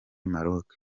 maroke